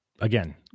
again